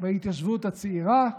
בהתיישבות הצעירה,